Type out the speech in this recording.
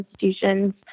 institutions